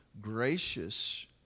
gracious